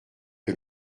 que